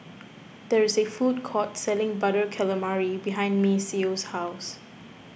there is a food court selling Butter Calamari behind Maceo's house